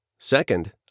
Second